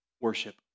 Worship